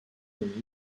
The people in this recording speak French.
commune